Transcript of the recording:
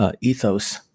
ethos